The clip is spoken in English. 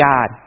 God